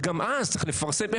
וגם אז צריך לפרסם וכו'.